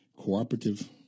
cooperative